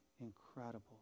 incredible